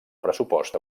pressupost